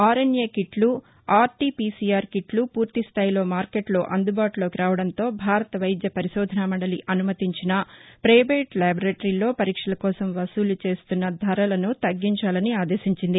RNA కిట్లు RTPCR కిట్లు పూర్తి స్థాయిలో మార్కెట్లో అందుబాటులోకి రావడంతో భారత వైద్య పరిశోధన మండలి అనుమతించిన పైవేటు ల్యాబరేటరీల్లో పరీక్షల కోసం వసూలు చేస్తున్న ధరలను తగ్గించాని ఆదేశించింది